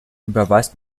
überweist